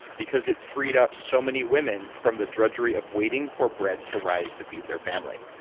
because it freed up so many women from the drudgery of waiting for bread to rise to feed their family.